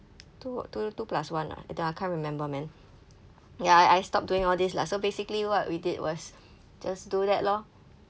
two two two plus one ah that uh I can't remember man ya I stop doing all these lah so basically what we did was just do that lor